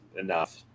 enough